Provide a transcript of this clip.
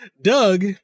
Doug